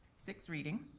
six reading,